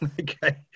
Okay